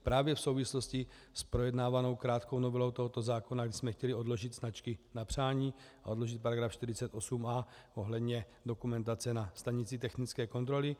Právě v souvislosti s projednávanou krátkou novelou tohoto zákona jsme chtěli odložit značky na přání a odložit § 48a ohledně dokumentace na stanici technické kontroly.